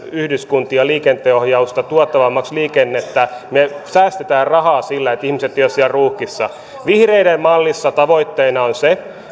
yhdyskuntia liikenteen ohjausta tuottavammaksi liikennettä me säästämme rahaa sillä että ihmiset eivät ole siellä ruuhkissa vihreiden mallissa tavoitteena on se